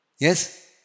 yes